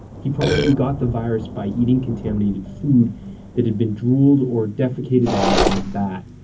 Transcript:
he probably got the virus by eating contaminated food that had been drooled or defecated on by a bat,